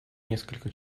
несколько